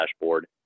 dashboard